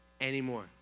anymore